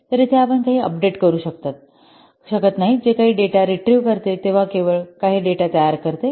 तर येथे आपण काही अपडेट करू शकत नाही जे काही डेटा रिट्रिव्ह करते तेव्हा केवळ काही डेटा तयार करते